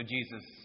Jesus